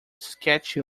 sketchy